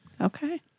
Okay